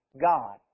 God